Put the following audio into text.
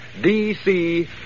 DC